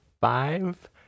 five